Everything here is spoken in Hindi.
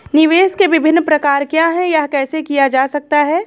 निवेश के विभिन्न प्रकार क्या हैं यह कैसे किया जा सकता है?